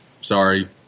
sorry